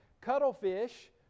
cuttlefish